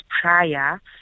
prior